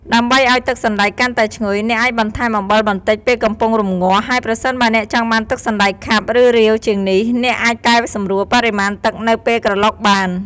ដើម្បីឱ្យទឹកសណ្ដែកកាន់តែឈ្ងុយ អ្នកអាចបន្ថែមអំបិលបន្តិចពេលកំពុងរំងាស់ ហើយប្រសិនបើអ្នកចង់បានទឹកសណ្ដែកខាប់ ឬរាវជាងនេះ អ្នកអាចកែសម្រួលបរិមាណទឹកនៅពេលក្រឡុកបាន។